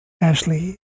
Ashley